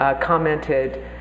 commented